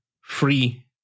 free